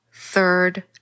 third